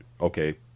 okay